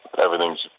everything's